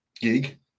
gig